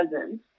cousins